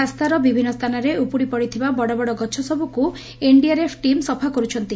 ରାସ୍ତାର ବିଭିନ୍ନ ସ୍ଥାନରେ ଉପୁଡି ପଡିଥିବା ବଡ଼ ବଡ଼ ଗଛସବୁକୁ ଏନ୍ଡିଆର୍ଏଫ୍ ଟିମ୍ ସଫା କରୁଛନ୍ତି